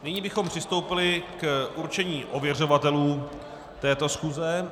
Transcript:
Nyní bychom přistoupili k určení ověřovatelů této schůze.